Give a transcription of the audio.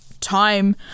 time